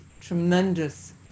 tremendous